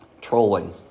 Trolling